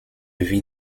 vie